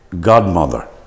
godmother